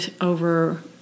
over